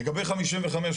לגבי 55,